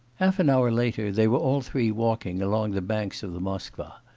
half an hour later they were all three walking along the bank of the moskva.